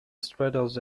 straddles